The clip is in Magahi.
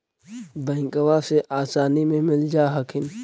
बैंकबा से आसानी मे मिल जा हखिन?